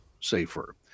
safer